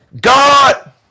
God